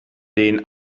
den